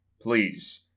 Please